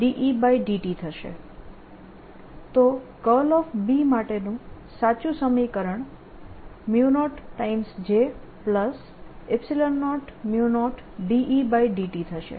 તો B માટેનું સાચું સમીકરણ 0 J00 Et થશે